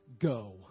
go